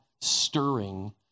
stirring